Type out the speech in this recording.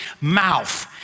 mouth